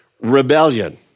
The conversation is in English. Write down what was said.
Rebellion